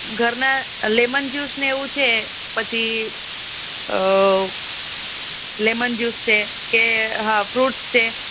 ઘરના લેમન જ્યૂસને એવું છે પછી લેમન જ્યુસ છે કે હા ફ્રૂટ્સ છે